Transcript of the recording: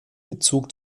bezug